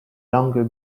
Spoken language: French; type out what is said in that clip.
langues